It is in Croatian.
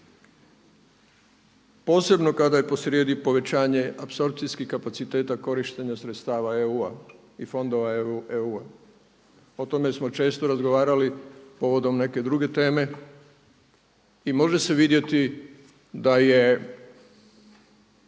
posebno kada je po srijedi povećanje apsorpcijskih kapaciteta korištenja sredstava EU-a i fondova EU-a, o tome smo često razgovarali povodom neke druge teme. I može se vidjeti da je